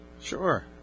Sure